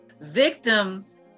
Victims